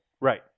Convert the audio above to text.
Right